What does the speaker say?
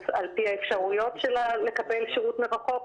על פי האפשרויות שלה לקבל שירות מרחוק.